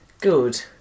good